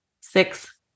six